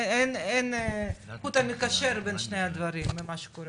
אין חוט מקשר בין שני הדברים במה שקורה.